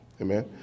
Amen